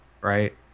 Right